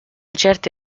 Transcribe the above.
certi